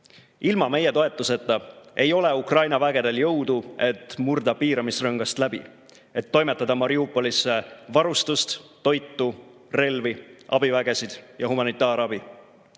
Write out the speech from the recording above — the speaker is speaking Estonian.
Ilma meie toetuseta ei ole Ukraina vägedel jõudu, et murda piiramisrõngast läbi, et toimetada Mariupolisse varustust, toitu, relvi, abivägesid ja humanitaarabi.